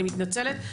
אני מתנצלת,